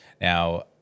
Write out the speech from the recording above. Now